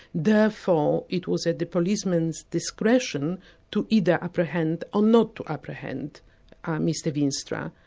therefore it was at the policemen's discretion to either apprehend or not to apprehend mr veenstra.